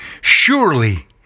Surely